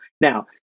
Now